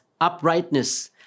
uprightness